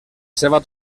seva